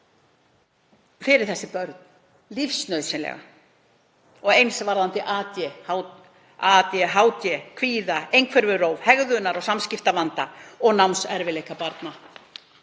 fyrir börn lífsnauðsynlega, og eins varðandi ADHD, kvíða, einhverfuróf, hegðunar- og samskiptavanda og námserfiðleika barna.